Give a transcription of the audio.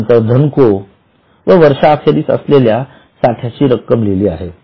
यानंतर धनको व वर्षा अखेरीस असलेल्या साठ्याची रक्कम लिहली आहे